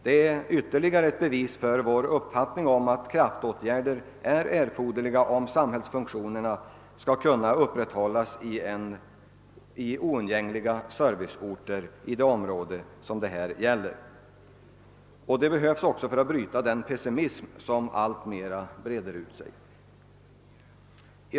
Det är ytterligare ett uttryck för vår uppfattning att kraftåtgärder är erforderliga om samhällsfunktionerna skall kunna upprätthållas i de oundgängliga serviceorterna i detta område och den pessimism skall kunna brytas ned som alltmer utbreder sig.